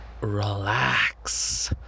relax